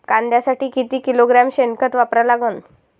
कांद्यासाठी किती किलोग्रॅम शेनखत वापरा लागन?